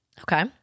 Okay